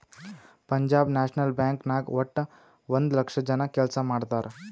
Punjab National Bank ನಾಗ್ ವಟ್ಟ ಒಂದ್ ಲಕ್ಷ ಜನ ಕೆಲ್ಸಾ ಮಾಡ್ತಾರ್